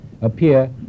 appear